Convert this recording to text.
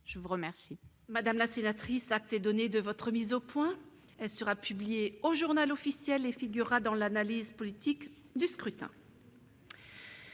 je vous remercie.